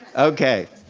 okay.